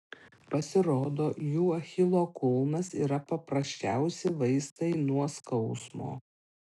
pasirodo jų achilo kulnas yra paprasčiausi vaistai nuo skausmo